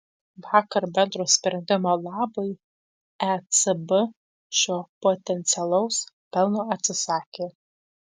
vakar bendro sprendimo labui ecb šio potencialaus pelno atsisakė